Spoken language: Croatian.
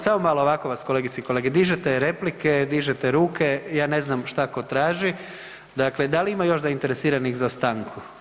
Samo, samo malo, ovako vas kolegice i kolege, dižete replike, dižete ruke, ja ne znam šta ko traži, dakle da li ima još zainteresiranih za stanku?